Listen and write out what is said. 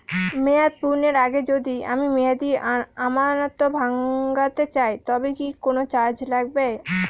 মেয়াদ পূর্ণের আগে যদি আমি মেয়াদি আমানত ভাঙাতে চাই তবে কি কোন চার্জ লাগবে?